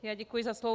Já děkuji za slovo.